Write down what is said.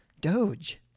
Doge